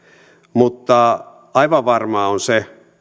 mutta aivan varmaa on se